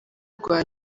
rwa